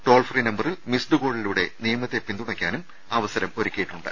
toll free നമ്പറിൽ missed കോളിലൂടെ നിയമത്തെ പിന്തുണയ്ക്കാനും അവസരമൊരുക്കിയിട്ടുണ്ട്